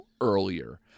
earlier